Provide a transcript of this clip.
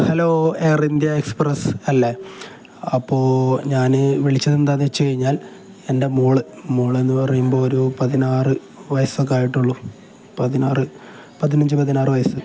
hello Air India Express അല്ലേ അപ്പോള് ഞാന് വിളിച്ചതെന്താണെന്ന് വെച്ചുകഴിഞ്ഞാൽ എൻ്റെ മകള് മകളെന്ന് പറയുമ്പോള് ഒരു പതിനാറ് വയസ്സൊക്കെയെയായിട്ടുള്ളൂ പതിനാറ് പതിനഞ്ച് പതിനാറ് വയസ്സ്